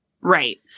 Right